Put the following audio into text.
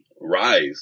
rise